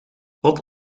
wat